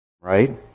right